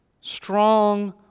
Strong